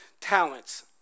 talents